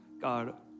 God